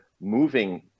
moving